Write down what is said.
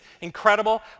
incredible